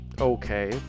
okay